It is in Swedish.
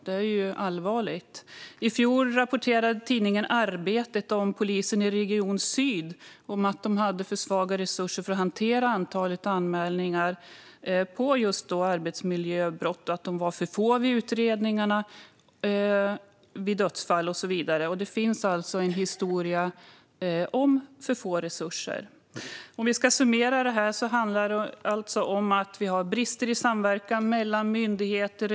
Det är allvarligt. I fjol rapporterade tidningen Arbetet om att Polisregion syd hade för svaga resurser för att hantera antalet anmälningar av arbetsmiljöbrott. De var för få vid utredningar av dödsfall och så vidare. Det finns alltså en historia av att ha för små resurser. Det handlar alltså om brister i samverkan mellan myndigheter.